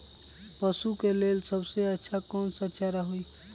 पशु के लेल सबसे अच्छा कौन सा चारा होई?